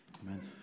Amen